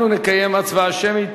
אנחנו נקיים הצבעה שמית.